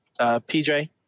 PJ